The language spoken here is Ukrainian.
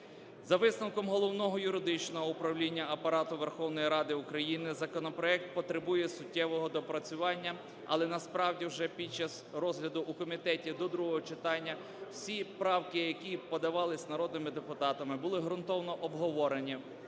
За висновком Головного юридичного управління Апарату Верховної Ради України законопроект потребує суттєвого доопрацювання. Але, насправді, вже під час розгляду у комітеті до другого читання всі правки, які подавались народними депутатами, були ґрунтовно обговорені